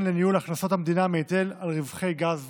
לניהול הכנסות המדינה מהיטל על רווחי גז ונפט.